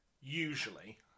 usually